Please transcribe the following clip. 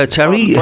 Terry